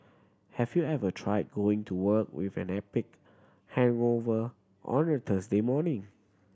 have you ever tried going to work with an epic hangover on a Thursday morning